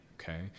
okay